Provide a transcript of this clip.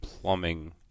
plumbing